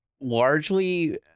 largely